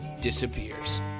disappears